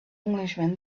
englishman